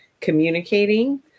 communicating